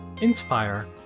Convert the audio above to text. inspire